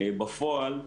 בפועל,